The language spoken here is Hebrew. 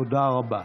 תודה רבה.